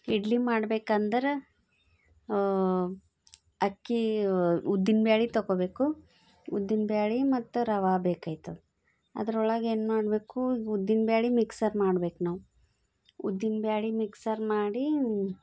ಇಡ್ಲಿ ಮಾಡ್ಬೇಕೆಂದರೆ ಅಕ್ಕಿ ಉದ್ದಿನ ಬೇಳೆ ತಗೋಬೇಕು ಉದ್ದಿನ ಬೇಳೆ ಮತ್ತು ರವೆ ಬೇಕಾಗ್ತದೆ ಅದ್ರೊಳಗೇನು ಮಾಡಬೇಕು ಉದ್ದಿನ ಬೇಳೆ ಮಿಕ್ಸರ್ ಮಾಡಬೇಕು ನಾವು ಉದ್ದಿನ ಬೇಳೆ ಮಿಕ್ಸರ್ ಮಾಡಿ